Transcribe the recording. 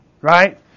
Right